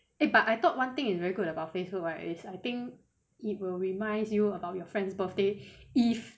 eh but I thought one thing is very good about Facebook right is I think it will reminds you about your friend's birthday if